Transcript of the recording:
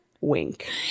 Wink